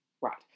Right